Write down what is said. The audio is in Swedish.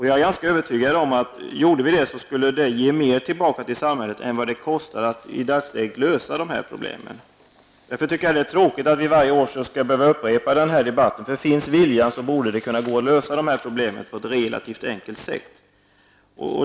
Jag är ganska övertygad om att ifall vi gjorde det, skulle det ge mer tillbaka till samhället än vad det kostar att i dagsläget lösa problemen. Därför tycker jag att det är tråkigt att vi varje år skall behöva upprepa den här debatten. Finns viljan borde problemen gå att lösa på ett relativt enkelt sätt.